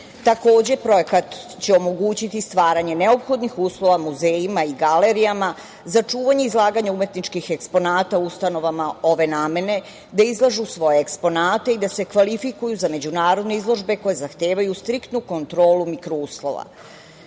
projekat će omogućiti stvaranje neophodnih uslova muzejima i galerijama za čuvanje i izlaganje umetničkih eksponata ustanovama ove namene da izlažu svoje eksponate i da se kvalifikuju za međunarodne izložbe koje zahtevaju striktnu kontrolu mikro uslova. Drago